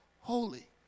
holy